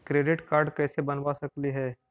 Credit card कैसे बनबा सकली हे?